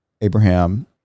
Abraham